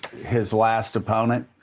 his last opponent,